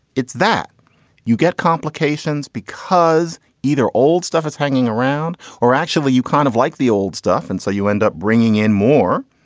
it's that you get complications because either old stuff is hanging around or actually you kind of like the old stuff and so you end up bringing in more.